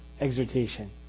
exhortation